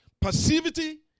Passivity